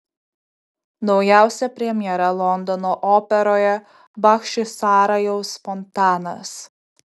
naujausia premjera londono operoje bachčisarajaus fontanas